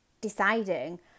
deciding